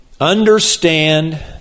Understand